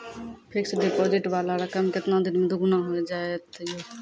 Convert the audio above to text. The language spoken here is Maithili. फिक्स्ड डिपोजिट वाला रकम केतना दिन मे दुगूना हो जाएत यो?